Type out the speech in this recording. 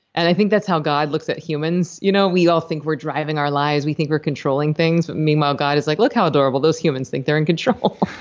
and i think that's how god looks at humans. you know we all think we're driving our lives. we think we're controlling things, but meanwhile, god is like, look how adorable. those humans think they're in control.